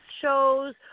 shows